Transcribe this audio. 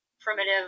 primitive